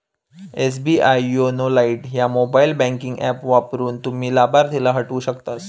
SBI YONO lite ह्या mobile banking app वापरून, तुम्ही लाभार्थीला हटवू शकतास